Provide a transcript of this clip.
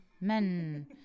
Men